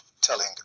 telling